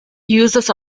users